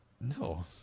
No